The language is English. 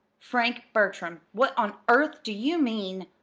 frank bertram, what on earth do you mean?